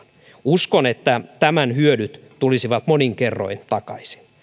uskon että tämän hyödyt tulisivat monin kerroin takaisin